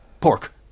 pork